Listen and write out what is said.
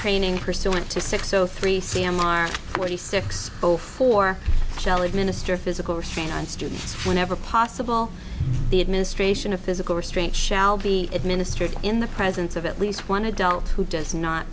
training pursuant to six zero three samar forty six zero four shell administer physical restraint on students whenever possible the administration of physical restraint shall be administered in the presence of at least one adult who does not